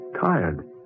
tired